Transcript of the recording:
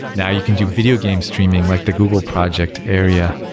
now you can do videogame streaming, like the google project area,